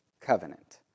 covenant